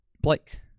Blake